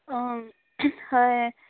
অঁ হয়